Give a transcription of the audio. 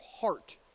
heart